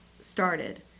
started